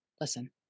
listen